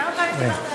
כמה פעמים דיברת היום?